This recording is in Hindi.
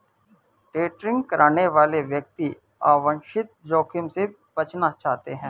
डे ट्रेडिंग करने वाले व्यक्ति अवांछित जोखिम से बचना चाहते हैं